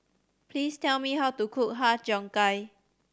please tell me how to cook Har Cheong Gai